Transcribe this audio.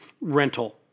rental